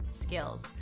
skills